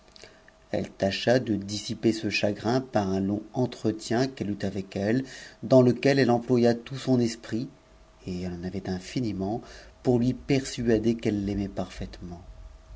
elle tâcha de jissiper ce chagrin par un long entretien qu'elle eut avec elle dans lequel fe employa tout son esprit et elle en avait infiniment pour lui persuader qu'elle l'aimait parfaitement